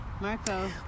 Marco